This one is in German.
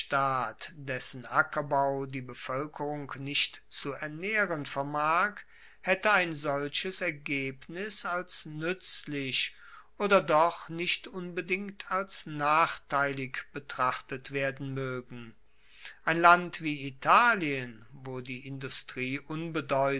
dessen ackerbau die bevoelkerung nicht zu ernaehren vermag haette ein solches ergebnis als nuetzlich oder doch nicht unbedingt als nachteilig betrachtet werden moegen ein land wie italien wo die industrie